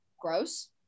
gross